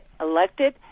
elected